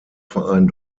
verein